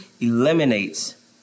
eliminates